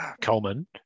Coleman